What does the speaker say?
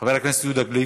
חבר הכנסת יהודה גליק,